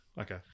okay